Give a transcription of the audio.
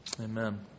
Amen